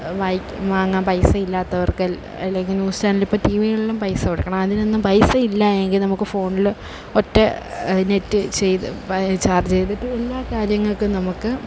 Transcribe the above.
വായിക്ക വാങ്ങാൻ പൈസ ഇല്ലാത്തവർക്ക് അല്ലെങ്കിൽ ന്യൂസ് ചാനലിപ്പം ടീ വികളിലും പൈസ കൊടുക്കണം അതിനൊന്നും പൈസ ഇല്ല എങ്കിൽ നമുക്ക് ഫോണിൽ ഒറ്റ നെറ്റ് ചെയ്ത് അപ്പം ചാർജ് ചെയ്തിട്ട് എല്ലാ കാര്യങ്ങൾക്കും നമുക്ക്